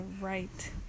right